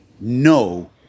no